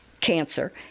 cancer